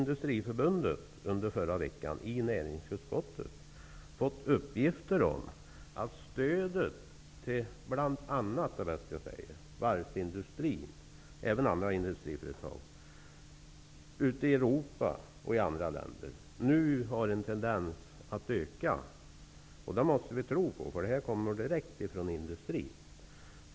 Därutöver fick vi i näringsutskottet förra veckan uppgift från varvsindustrin ute i Europa och i andra länder visar en tendens att öka. Det måste vi tro på. Uppgiften kommer direkt från industrin.